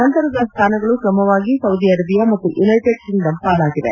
ನಂತರದ ಸ್ಥಾನಗಳು ಕ್ರಮವಾಗಿ ಸೌದಿ ಅರೇಬಿಯಾ ಮತ್ತು ಯುನ್ನೆಟಿಡ್ ಕಿಂಗ್ಡಮ್ ಪಾಲಾಗಿವೆ